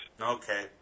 Okay